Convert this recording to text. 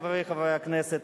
חברי חברי הכנסת,